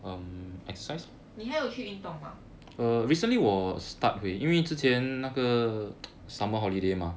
你还有去运动吗